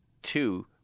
two